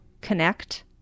connect